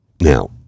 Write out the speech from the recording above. now